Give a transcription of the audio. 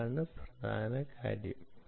അതാണ് പ്രധാന കാര്യം